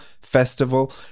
Festival